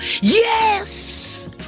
Yes